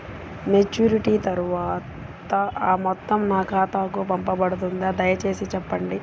Maturity తర్వాత ఆ మొత్తం నా ఖాతాకు పంపబడుతుందా? దయచేసి చెప్పండి?